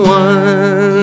one